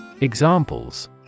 Examples